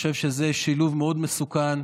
אני חושב שזה שילוב מאוד מסוכן,